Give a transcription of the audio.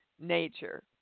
nature